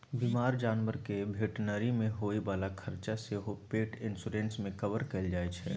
बीमार जानबरक भेटनरी मे होइ बला खरचा सेहो पेट इन्स्योरेन्स मे कवर कएल जाइ छै